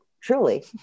truly